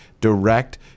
direct